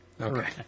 okay